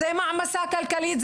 זו מעמסה כלכלית,